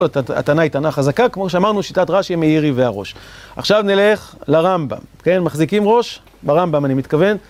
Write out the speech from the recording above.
הטענה היא טענה חזקה כמו שאמרנו שיטת רש"י מאירי והראש עכשיו נלך לרמב"ם כן מחזיקים ראש ברמב"ם אני מתכוון